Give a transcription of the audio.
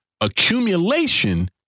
accumulation